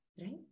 right